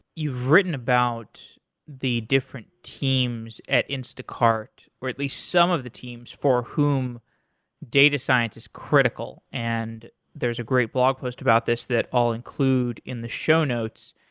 you've written about the different teams at instacart, or at least some of the teams for whom data science is critical, and there's a great blog post about this that i'll include in the show notes.